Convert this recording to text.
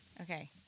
Okay